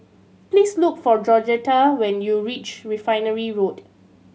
please look for Georgetta when you reach Refinery Road